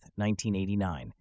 1989